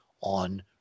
on